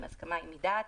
האם ההסכמה היא מדעת,